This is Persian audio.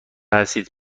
هستید